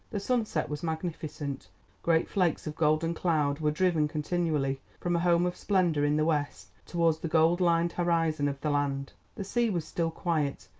the sunset was magnificent great flakes of golden cloud were driven continually from a home of splendour in the west towards the cold lined horizon of the land. the sea was still quiet,